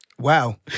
wow